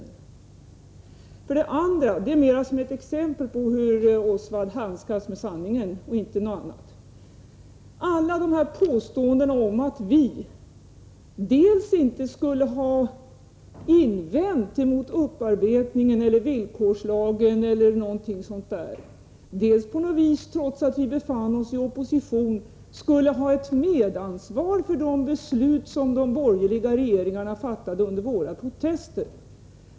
En annan fråga tar jag upp mera som ett exempel på hur Oswald Söderqvist handskas med sanningen, inte av någon annan anledning. Alla påståendena om att vi inte skulle ha invänt mot upparbetningen, mot villkorslagen osv. antyder att vi, trots att vi befann oss i opposition, på något sätt skulle ha haft ett medansvar för de beslut som de borgerliga regeringarna fattade under våra protester.